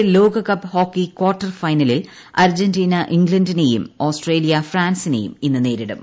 പുരുഷന്മാരുടെ ലോകകപ്പ് hockey quarter ഫൈനലിൽ അർജന്റീന ഇംഗ്ലണ്ടിനെയും ഓസ്ട്രേലിയ ഫ്രാൻസിനെയും ഇന്ന് നേരിടും